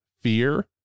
Fear